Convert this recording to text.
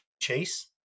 chase